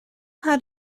had